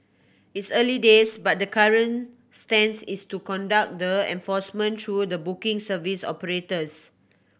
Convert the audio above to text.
it's early days but the current stance is to conduct the enforcement through the booking service operators